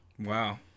Wow